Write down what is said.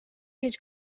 his